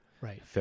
right